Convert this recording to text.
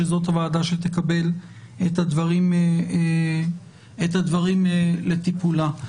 שזאת הוועדה שתקבל את הדברים לטיפולה.